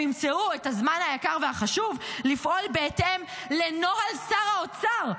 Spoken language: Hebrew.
הם ימצאו את הזמן היקר והחשוב לפעול בהתאם לנוהל שר האוצר,